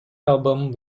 album